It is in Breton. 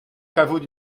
kavout